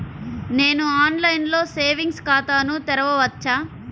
నేను ఆన్లైన్లో సేవింగ్స్ ఖాతాను తెరవవచ్చా?